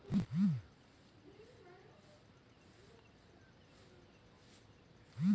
পরতিবল্ধী মালুসদের জ্যনহে স্বাস্থ্য আর আলেদা বিষয়ে যে উয়ারা বীমা পায়